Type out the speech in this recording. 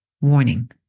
Warning